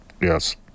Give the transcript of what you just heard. Yes